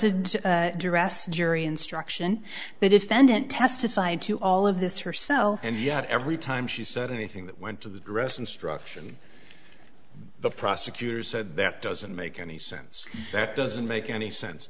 jury instruction the defendant testified to all of this herself and yet every time she said anything that went to the dress instruction the prosecutor said that doesn't make any sense that doesn't make any sense